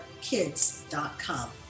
kids.com